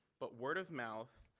but word of mouth.